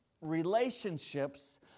relationships